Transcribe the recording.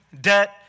debt